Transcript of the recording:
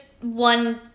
one